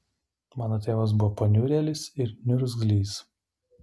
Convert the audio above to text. mano tėvas buvo paniurėlis ir niurgzlys